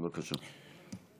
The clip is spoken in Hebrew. בבקשה.